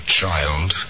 child